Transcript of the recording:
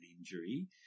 injury